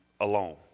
alone